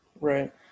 Right